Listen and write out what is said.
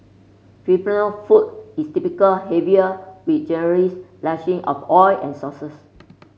Filipino food is typical heavier with generous lashing of oil and sauces